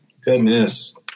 Goodness